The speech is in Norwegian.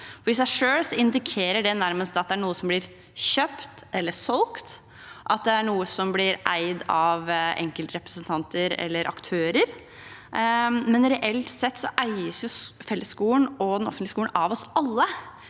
I seg selv indikerer det nærmest at det er noe som blir kjøpt eller solgt, at det er noe som blir eid av enkeltrepresentanter eller aktører, men reelt sett eies jo fellesskolen og den offentlige skolen av oss alle.